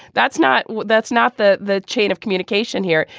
that's not what that's not that the chain of communication here.